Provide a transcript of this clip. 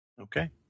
Okay